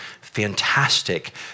fantastic